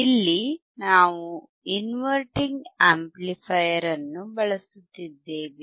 ಇಲ್ಲಿ ನಾವು inverting amplifier ಅನ್ನು ಬಳಸುತ್ತಿದ್ದೇವೆ